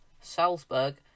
salzburg